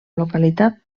localitat